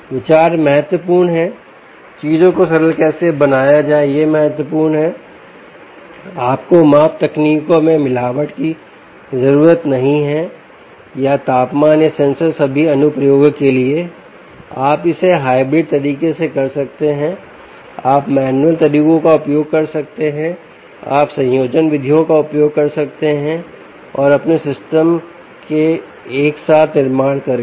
विचार महत्वपूर्ण है चीजों को सरल कैसे बनाया जाए यह महत्वपूर्ण है आपको माप तकनीकों में मिलावट की जरूरत नहीं है या तापमान या सेंसर सभी अनुप्रयोग के लिए आप इसे हाइब्रिड तरीके से कर सकते हैं आप मैनुअल तरीकों का उपयोग कर सकते हैं आप संयोजन विधियों का उपयोग कर सकते हैं और अपने सिस्टम का एक साथ निर्माण करें